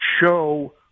show